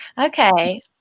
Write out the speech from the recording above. Okay